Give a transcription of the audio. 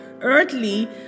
earthly